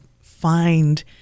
find